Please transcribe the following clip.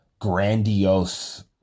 grandiose